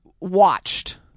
watched